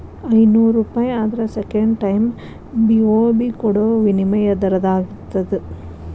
ಐನೂರೂಪಾಯಿ ಆದ್ರ second time B O B ಕೊಡೋ ವಿನಿಮಯ ದರದಾಗಿರ್ತದ